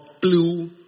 blue